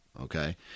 okay